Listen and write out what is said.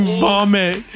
vomit